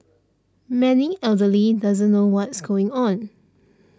many elderly doesn't know what's going on